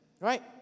Right